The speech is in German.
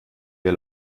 wir